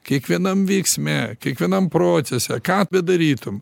kiekvienam veiksme kiekvienam procese ką bedarytum